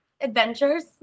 adventures